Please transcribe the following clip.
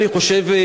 אני חושב,